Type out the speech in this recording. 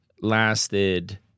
lasted